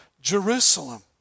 Jerusalem